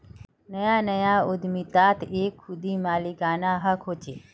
नया नया उद्दमितात एक खुदी मालिकाना हक़ होचे